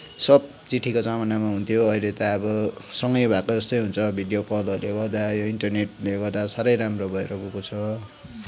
सब चिठीको जमानामा हुन्थ्यो अहिले त अब सँगै भएको जस्तै हुन्छ भिडियो कलहरूले गर्दा यो इन्टरनेटले गर्दा साह्रै राम्रो भएर गएको छ